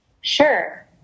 Sure